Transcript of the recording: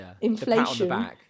inflation